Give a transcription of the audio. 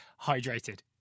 hydrated